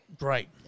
right